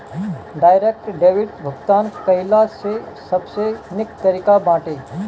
direct debit भुगतान कइला से सबसे निक तरीका बाटे